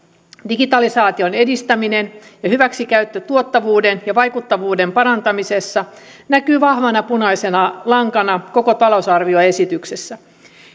digitalisaation edistäminen ja hyväksikäyttö tuottavuuden ja vaikuttavuuden parantamisessa näkyy vahvana punaisena lankana koko talousarvioesityksessä